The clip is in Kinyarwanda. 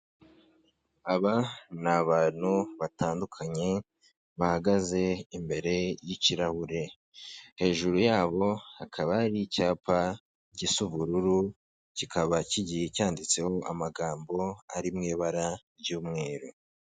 Aba ni abantu batandukanye, bahagaze imbere y'ikirahure, hejuru yabo hakaba hari icyapa gisa ubururu, kikaba kigiye cyanditseho amagambo ari mu ibara ry'umweru.